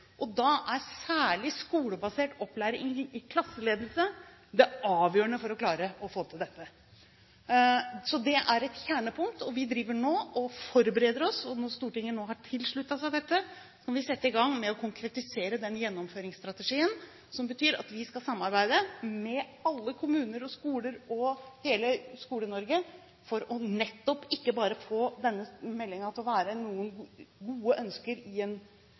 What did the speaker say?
Da er særlig skolebasert opplæring i klasseledelse det avgjørende for å få til dette. Det er et kjernepunkt, og vi driver nå og forbereder oss. Når Stortinget nå tilslutter seg dette, kan vi sette i gang med å konkretisere den gjennomføringsstrategien. Det betyr at vi skal samarbeide med alle kommuner og skoler – hele Skole-Norge – nettopp for å få denne meldingen til ikke bare å være gode ønsker som leses opp fra Stortingets talestol, men til noe som faktisk fører til endring. Det er en